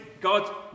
God